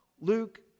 Luke